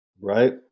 Right